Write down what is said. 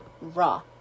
raw